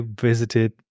visited